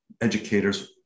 educators